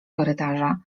korytarza